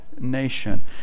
nation